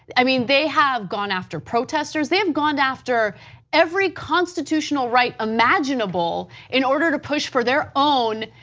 i mean, they have gone after protesters, they have gone after every constitutional right imaginable in order to push for their own,